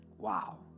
wow